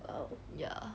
oh